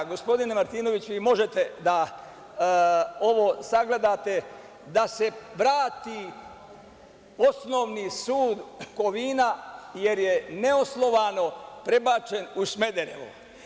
Gospodine Martinoviću, vi možete ovo da sagledate, da se vrati osnovni sud Kovina, jer je neosnovano prebačen u Smederevo.